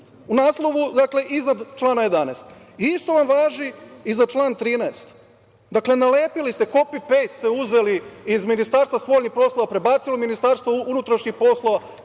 u naslovu, dakle, iznad člana 11.Isto vam važi i za član 13. Dakle, nalepili ste, copy-paste ste uzeli iz Ministarstva spoljnih poslova, prebacili u Ministarstvo unutrašnjih poslova,